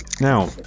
Now